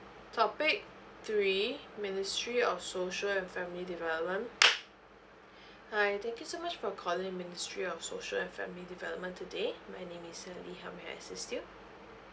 topic three ministry of social and family development hi thank you so much for calling ministry of social and family development today my name is sally how may I assist you